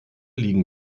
liegen